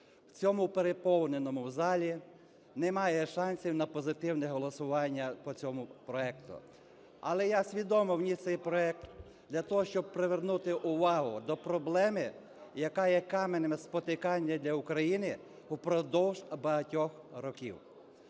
в цьому переповненому залі немає шансів на позитивне голосування по цьому проекту. Але я свідомо вніс цей проект для того, щоб привернути увагу до проблеми, яка є каменем спотикання для України впродовж багатьох років.